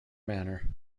manner